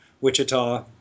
Wichita